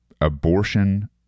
abortion